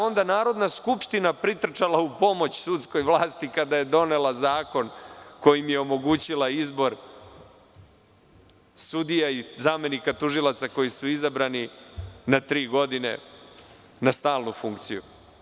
Onda je Narodna skupština pritrčala u pomoć sudskoj vlasti kada je donela Zakon kojim je omogućila izbor sudija i zamenika tužilaca koji su izabrani na tri godine, na stalnu funkciju.